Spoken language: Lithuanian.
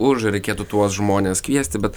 už reikėtų tuos žmones kviesti bet